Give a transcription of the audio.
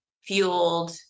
fueled